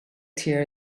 tear